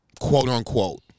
quote-unquote